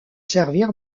servir